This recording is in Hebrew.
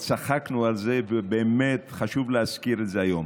צחקנו על זה, ובאמת חשוב להזכיר את זה היום.